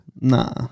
nah